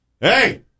hey